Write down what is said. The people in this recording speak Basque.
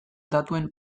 datuen